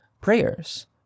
prayers